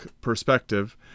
perspective